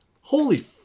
holy